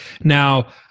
Now